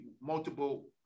multiple